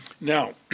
Now